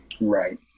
Right